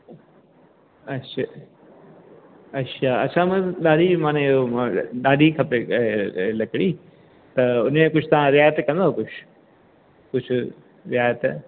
अच्छा अच्छा असां मां ॾाढी माना ॾाढी खपे ए ऐं लकड़ी त हुनॼो कुझु तव्हां रिहाइत कंदव कुझु कुझु रिहाइत